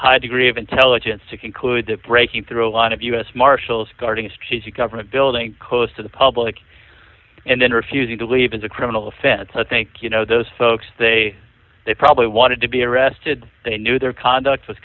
high degree of intelligence to conclude that breaking through a lot of u s marshals guarding us she's a government building close to the public and then refusing to leave is a criminal offense so i think you know those folks they they probably wanted to be arrested they knew their conduct was